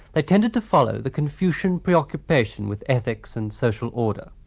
they tended to follow the confucian preoccupation with ethics and social order.